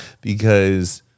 Because-